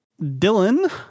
Dylan